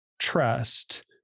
trust